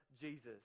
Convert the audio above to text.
Jesus